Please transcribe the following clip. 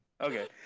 Okay